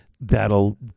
that'll